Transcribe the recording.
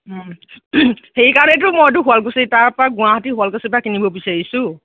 সেইকাৰণেইটো মইতো শুৱালকুছিৰ তাৰ পৰা গুৱাহাটীৰ শুৱালকুছিৰ পৰা কিনিব বিচাৰিছোঁ